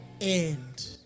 end